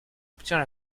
obtient